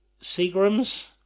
Seagrams